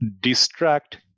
distract